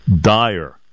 dire